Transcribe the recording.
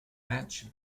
mansion